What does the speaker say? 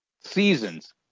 seasons